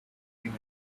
human